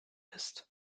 ist